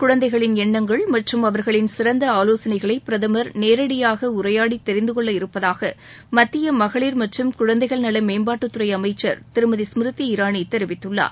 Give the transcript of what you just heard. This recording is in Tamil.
குழந்தைகளின் எண்ணங்கள் மற்றும் அவர்களின் சிறந்த ஆலோசனைகளை பிரதமர் நேரடியாக உரையாடி தெரிந்துகொள்ள இருப்பதாக மத்திய மகளிர் மற்றும் குழந்தைகள் நல மேம்பாட்டுத்துறை அமைச்சர் திருமதி ஸ்மிருதி இரானி தெரிவித்துள்ளார்